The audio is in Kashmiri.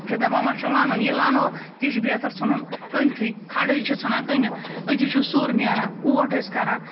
یِم چھِ دَپان وۄنۍ چھُ لونُن یہِ لونو تہِ چھِ بہتر ژھٕنُن کٔنۍتھٕے کھَڑہٕے چھِ ژھٕنان کٔنِتھ أتی چھُ سُرۍ نیران اوٹ ٲسۍ کَران